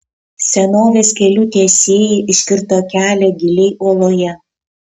senovės kelių tiesėjai iškirto kelią giliai uoloje